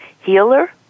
healer